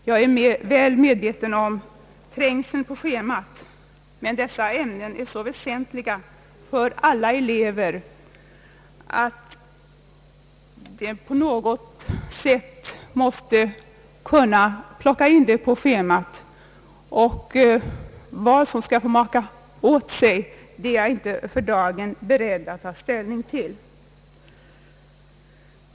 Jag är väl medveten om trängseln på schemat, men dessa ämnen är så väsentliga för alla elever att man på något sätt måste kunna plocka in dem. Vad som skall maka åt sig är jag inte för dagen beredd att ta ställning till.